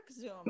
Zoom